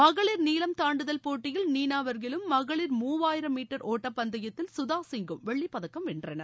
மகளிர் நீளம் தண்டுதல் போட்டியில் நீளா வரக்கிலும் மகளிர் மூவாயிரம் மீட்டர் ஒட்டப் பந்தயத்தில் சுதா சிங்கும் வெள்ளிப் பதக்கம் வென்றனர்